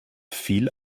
viel